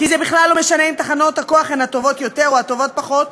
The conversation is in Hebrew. כי זה בכלל לא משנה אם תחנות הכוח הן טובות יותר או טובות פחות,